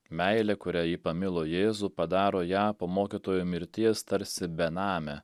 meilė kuria ji pamilo jėzų padaro ją po mokytojo mirties tarsi benamę